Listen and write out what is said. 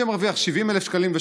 שמרוויח 70,000 שקלים,